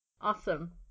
awesome